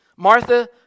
Martha